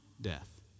death